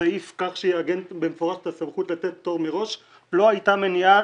הסעיף כך שיעגן במפורש את הסמכות לתת פטור מראש לא היתה מניעה